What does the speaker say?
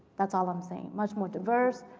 that's all i'm saying. much more diverse.